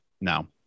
no